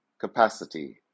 capacity